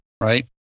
right